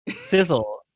Sizzle